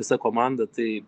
visa komanda tai